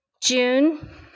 June